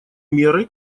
меры